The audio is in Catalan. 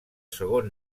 segon